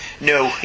No